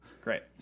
Great